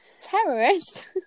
terrorist